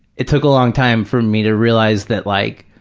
it took a long time for me to realize that like,